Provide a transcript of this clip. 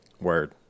Word